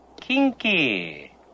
Kinky